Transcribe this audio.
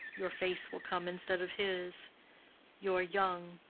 your face will come instead of his your young,